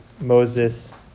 Moses